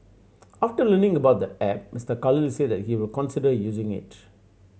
after learning about the app Mister Khalid said that he will consider using it